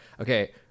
Okay